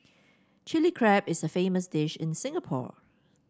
Chilli Crab is a famous dish in Singapore